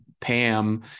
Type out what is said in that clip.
Pam